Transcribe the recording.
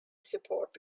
support